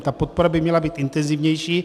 Ta podpora by měla být intenzivnější.